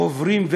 עוברים,